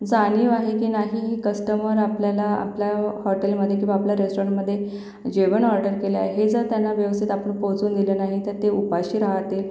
जाणीव आहे की नाही ही कस्टमर आपल्याला आपल्या हॉटेलमध्ये किंवा आपल्या रेस्टॉरणमध्ये जेवण ऑर्डर केलं आहे हे जर त्यांना व्यवस्थित आपण पोहचवून दिलं नाही तर ते उपाशी रहातील